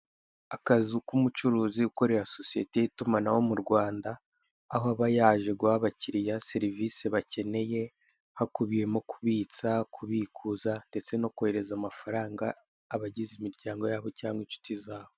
Akazu k'umucuruzi ukorera sosiyete y'itumanaho mu Rwanda aho aba yaje guha abakiriya serivise bakeneye hakubuyemo kubitsa, kubikuza ndetse no koherereza amafaranga abagize imiryango yabo cyangwa inshuti zabo.